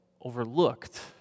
overlooked